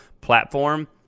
platform